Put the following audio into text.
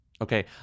Okay